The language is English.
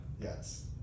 Yes